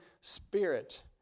spirit